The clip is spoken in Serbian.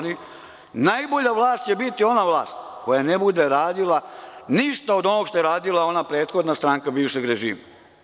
Najbolja vlast će biti ona vlast koja ne bude radila ništa od onoga što je radila prethodna stranka bivšeg režima.